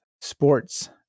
sports